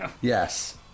Yes